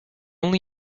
only